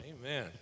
Amen